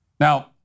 Now